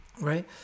right